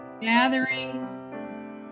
gathering